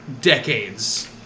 decades